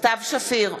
סתיו שפיר,